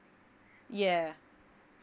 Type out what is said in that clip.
yeah